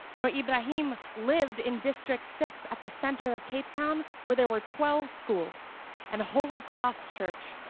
noor ebrahim lived in district six at the center of cape town where there were twelve schools and holy cross church,